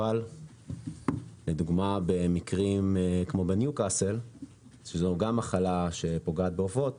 אבל במקרים כמו בניוקאסל שזאת גם מחלה שפוגעת בעופות